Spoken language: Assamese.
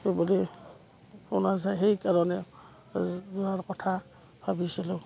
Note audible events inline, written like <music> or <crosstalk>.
<unintelligible> যায় সেইকাৰণে যোৱাৰ কথা ভাবিছিলোঁ